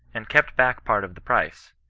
and kept back part of the price,